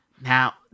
Now